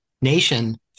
nation